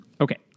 Okay